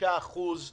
5%